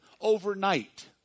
overnight